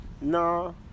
No